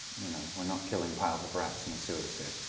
you know, we're not killing piles of rats in the sewers, here.